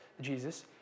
Jesus